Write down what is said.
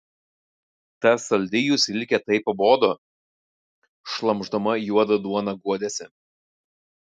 ta saldi jų silkė taip pabodo šlamšdama juodą duoną guodėsi